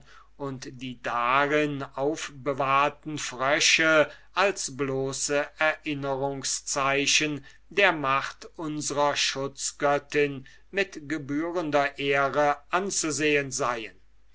und die darin aufbewahrten frösche als bloße erinnerungszeichen der macht unsrer schutzgöttin mit gebührender ehre anzusehen seien